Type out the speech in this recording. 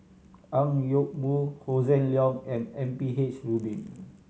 Ang Yoke Mooi Hossan Leong and M P H Rubin